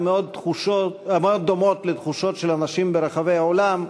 מאוד דומות לתחושות של אנשים ברחבי העולם,